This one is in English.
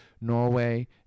norway